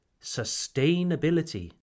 Sustainability